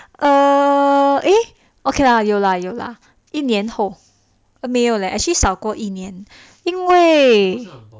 err eh okay lah 有啦有啦一年后 err 没有 leh actually 少过一年因为